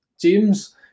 James